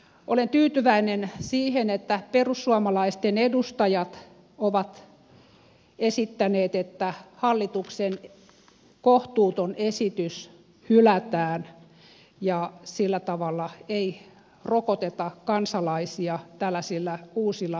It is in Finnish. olen tyytyväinen siihen että perussuomalaisten edustajat ovat esittäneet että hallituksen kohtuuton esitys hylätään ja sillä tavalla ei rokoteta kansalaisia tällaisilla uusilla lisäveroilla